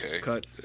cut